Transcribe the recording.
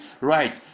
right